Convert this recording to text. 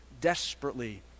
Desperately